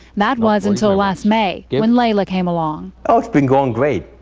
that was until last may, when layla came along. well, it's been going great,